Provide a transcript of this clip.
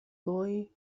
boy